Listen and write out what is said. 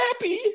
happy